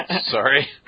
Sorry